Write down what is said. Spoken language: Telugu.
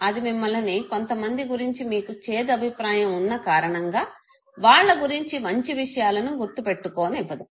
అది మిమ్మలిని కొంతమంది గురుంచి మీకు చేదు అభిప్రాయం వున్న కారణంగా వాళ్ళ గురించి మంచి విషయాలను గుర్తు పెట్టుకోనివ్వదు